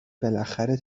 بالاخره